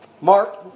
Mark